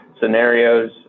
scenarios